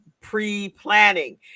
pre-planning